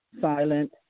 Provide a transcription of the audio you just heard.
silent